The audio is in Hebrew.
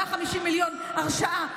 הרשאה להתחייב,